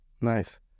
Nice